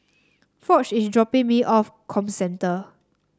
Foch is dropping me off Comcentre